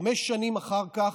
חמש שנים אחר כך,